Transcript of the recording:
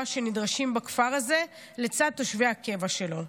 שנדרשים בכפר הזה לצד תושבי הקבע שלו.